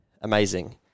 amazing